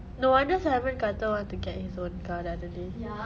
no wonder simon kata want to get his own car the other day